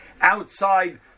outside